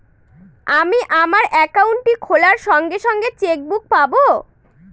আমি আমার একাউন্টটি খোলার সঙ্গে সঙ্গে চেক বুক পাবো?